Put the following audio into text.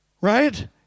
Right